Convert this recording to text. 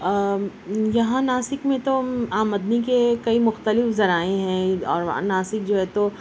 یہاں ناسک میں تو آمدنی کے کئی مختلف ذرائع ہیں اور ناسک جو ہے تو